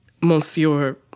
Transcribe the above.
Monsieur